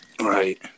Right